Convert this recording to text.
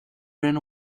than